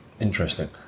Interesting